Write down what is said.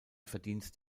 verdienst